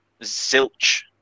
Zilch